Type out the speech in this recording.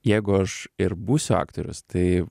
jeigu aš ir būsiu aktorius tai